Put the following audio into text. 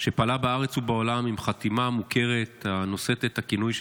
שפעלה בארץ ובעולם עם חתימה מוכרת הנושאת את הכינוי שלה,